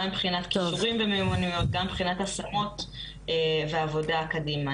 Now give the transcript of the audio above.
גם מבחינת כישורים ומיומנויות וגם מבחינת השמות ועבודה קדימה.